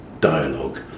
dialogue